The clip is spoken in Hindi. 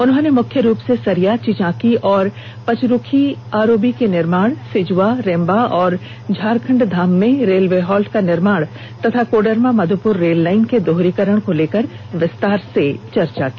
उन्होंने मुख्य रूप से सरिया चिचाकी और पचरुखी आरओबी के निर्माण सिजुआ रेम्बा और झारखंड धाम में रेलवे हॉल्ट का निर्माण तथा कोडरमा मधुप्र रेल लाइन के दोहरीकरण को लेकर विस्तार से चर्चा की